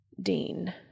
Dean